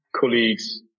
colleagues